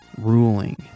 ruling